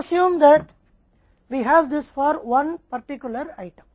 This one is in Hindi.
और अब कुछ और काम करते हैं हमें लगता है कि हम एक के लिए यह है विशेष रूप से आइटम